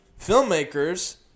filmmakers